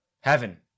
heaven